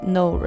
no